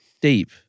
Deep